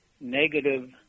negative